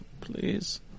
Please